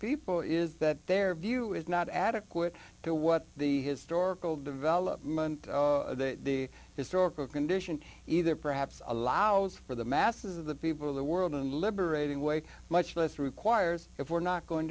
people is that their view is not adequate to what the historical development the historical condition either perhaps allows for the masses of the people of the world and liberating way much less requires if we're not going